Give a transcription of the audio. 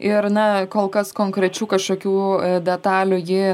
ir na kol kas konkrečių kažkokių detalių ji